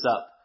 up